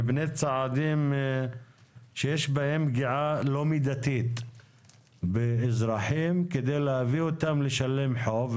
מפני צעדים שיש בהם פגיעה לא מידתית באזרחים כדי להביא אותם לשלם חוב?